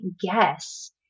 guess